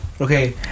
Okay